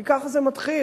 כי ככה זה מתחיל.